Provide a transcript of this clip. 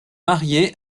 mariée